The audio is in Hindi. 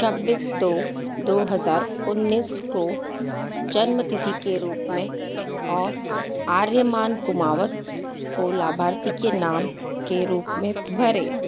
छब्बीस दो दो हज़ार उन्नीस को जन्मतिथि के रूप में और आर्यमान कुमावत को लाभार्थी के नाम के रूप में भरें